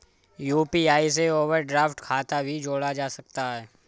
UPI से overdraft खाता भी जोड़ा जा सकता है